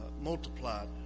multiplied